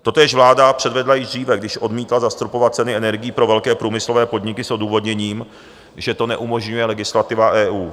Totéž vláda předvedla již dříve, když odmítla zastropovat ceny energií pro velké průmyslové podniky s odůvodněním, že to neumožňuje legislativa EU.